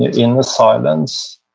within the silence,